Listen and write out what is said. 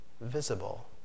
visible